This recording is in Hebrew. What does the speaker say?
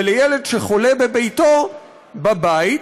ולילד שחולה בביתו, בבית,